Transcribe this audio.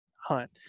hunt